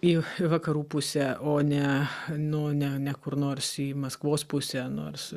į vakarų pusę o ne nu ne ne kur nors į maskvos pusę nors